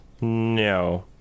No